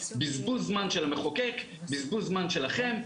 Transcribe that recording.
בזבוז זמן של המחוקק, בזבוז זמן שלכם.